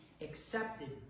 accepted